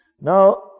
Now